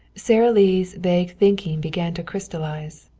sara lee's vague thinking began to crystallize.